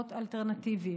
פתרונות אלטרנטיביים.